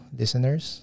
listeners